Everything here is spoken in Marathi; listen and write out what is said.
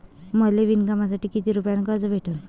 मले विणकामासाठी किती रुपयानं कर्ज भेटन?